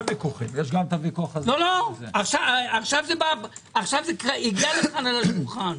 עכשיו זה הגיע לשולחן.